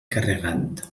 carregat